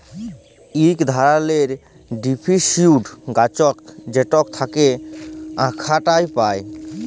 ইক ধারালের ডিসিডিউস গাহাচ যেটর থ্যাকে আখরট পায়